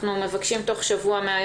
אנחנו מבקשים שזה יגיע אלינו תוך שבוע מהיום